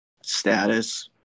status